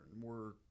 more